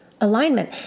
alignment